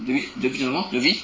vivi 讲什么 vivi